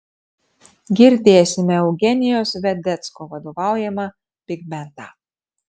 girdėsime eugenijaus vedecko vadovaujamą bigbendą